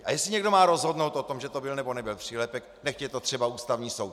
A jestli někdo má rozhodnout o tom, že to byl, nebo nebyl přílepek, nechť je to třeba Ústavní soud.